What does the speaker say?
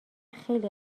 خیلی